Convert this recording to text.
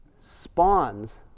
spawns